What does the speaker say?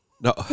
No